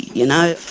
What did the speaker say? you know?